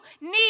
need